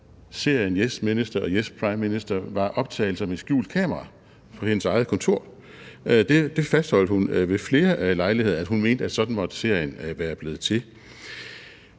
for serierne »Yes Minister« og »Yes, Prime Minister« var optagelser med skjult kamera fra hendes eget kontor – det fastholdt hun ved flere lejligheder, altså at hun mente, at sådan måtte serien være blevet til.